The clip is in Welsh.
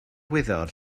wyddor